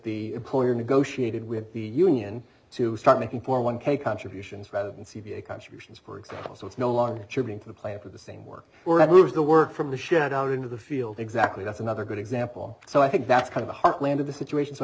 the employer negotiated with the union to start making for one k contributions rather than c v a contributions for example so it's no longer being for the plan for the same work or that moves the work from the shit out into the field exactly that's another good example so i think that's kind of a heartland of the situation so i